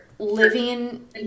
living